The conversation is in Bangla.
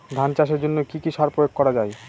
ধান চাষের জন্য কি কি সার প্রয়োগ করা য়ায়?